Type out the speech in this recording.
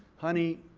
honey,